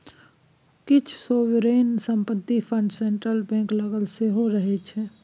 किछ सोवरेन संपत्ति fund central bank लग सेहो रहय छै